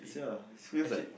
sia this feels like